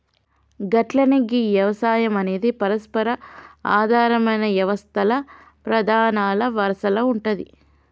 గట్లనే గీ యవసాయం అనేది పరస్పర ఆధారమైన యవస్తల్ల ప్రధానల వరసల ఉంటాది